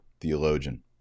Theologian